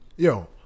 Yo